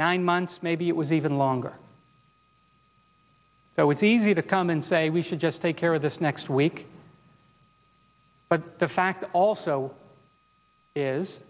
nine months maybe it was even longer it was easy to come and say we should just take care of this next week but the fact also is